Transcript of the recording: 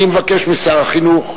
אני מבקש משר החינוך